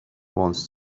wants